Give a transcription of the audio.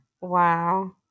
Wow